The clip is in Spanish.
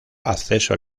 acceso